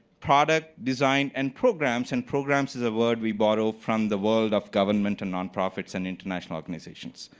product design and programs. and programs is a word we borrow from the world of government and nonprofits and international organizations.